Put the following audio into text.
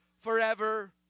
forever